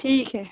ठीक है